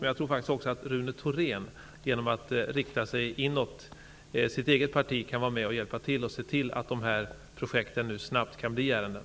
Men jag tror faktiskt att Rune Thorén också, genom att rikta sig inåt sitt eget parti, kan vara med och se till att de här projekten snabbt kan bli ärenden.